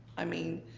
i mean,